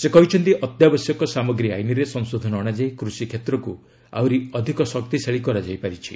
ସେ କହିଛନ୍ତି ଅତ୍ୟାବଶ୍ୟକ ସାମଗ୍ରୀ ଆଇନ୍ରେ ସଂଶୋଧନ ଅଣାଯାଇ କୃଷି କ୍ଷେତ୍ରକୁ ଆହୁରି ଶକ୍ତିଶାଳୀ କରାଯାଇ ପାରିଛି